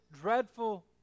dreadful